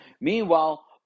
Meanwhile